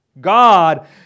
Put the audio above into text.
God